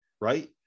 right